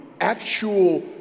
actual